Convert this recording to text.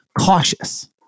Cautious